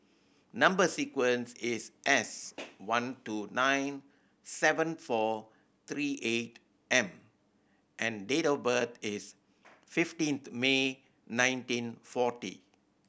number sequence is S one two nine seven four three eight M and date of birth is fifteen May nineteen forty